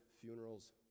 funerals